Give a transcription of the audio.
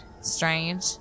strange